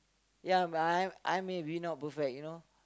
ya my I may be not perfect you know